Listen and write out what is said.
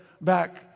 back